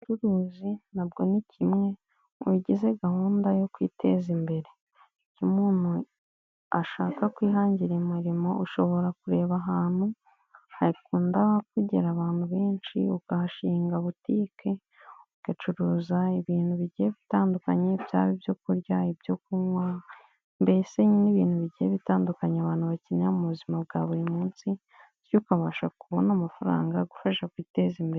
Ubucuruzi nabwo ni kimwe mu bigize gahunda yo kwiteza imbere, iyo umuntu ashaka kwihangira imirimo ushobora kureba ahantu hakunda kugera abantu benshi ukahashinga botike ugacuruza ibintu bigiye gutandukanye byaba ibyorya, ibyo kunywa, mbese nyine ibintu bigiye bitandukanya abantu bakenera mu buzima bwa buri munsi ukabasha kubona amafaranga agufasha kwiteza imbere.